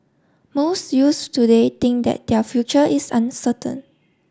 most youths today think that their future is uncertain